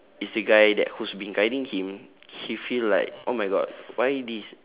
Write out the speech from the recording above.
is the guy that who's been guiding him he feel like oh my god why did